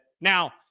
Now